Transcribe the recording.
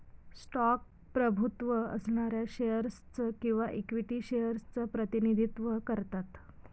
stock प्रभुत्व असणाऱ्या shares च किंवा इक्विटी शेअर्स च प्रतिनिधित्व करतात